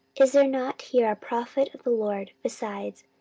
is there not here a prophet of the lord besides,